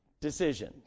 Decision